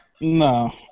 No